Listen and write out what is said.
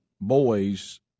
boys